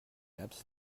apps